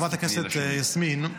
חברת הכנסת יסמין,